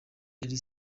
eliel